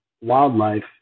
wildlife